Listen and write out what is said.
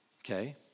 Okay